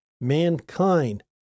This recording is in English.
Mankind